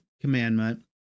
commandment